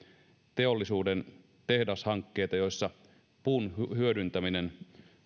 teollisuuden tehdashankkeita joissa puun hyödyntäminen